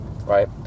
right